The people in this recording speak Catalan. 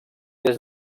des